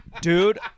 Dude